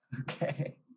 Okay